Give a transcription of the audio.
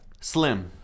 Slim